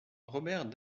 robert